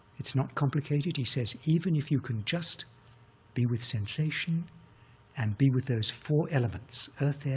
it's not complicated. he says, even if you can just be with sensation and be with those four elements earth,